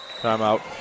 Timeout